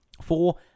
Four